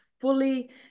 fully